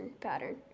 pattern